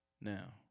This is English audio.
Now